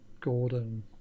Gordon